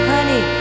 Honey